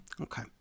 Okay